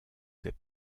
ses